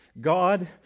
God